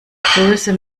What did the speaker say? größe